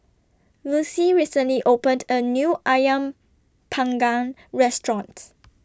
Lucie recently opened A New Ayam Panggang restaurants